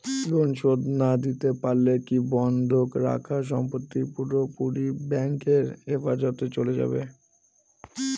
Loan শোধ না দিতে পারলে কি বন্ধক রাখা সম্পত্তি পুরোপুরি ব্যাংকের হেফাজতে চলে যাবে?